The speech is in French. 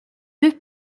deux